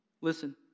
Listen